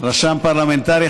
רשם פרלמנטרי,